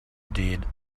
did